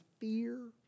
fear